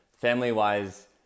family-wise